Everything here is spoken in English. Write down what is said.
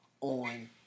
on